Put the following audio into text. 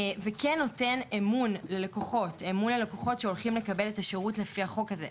וכן נותן אמון ללקוחות שהולכים לקבל את השירות לפי החוק הזה.